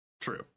True